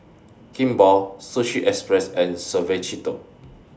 Kimball Sushi Express and Suavecito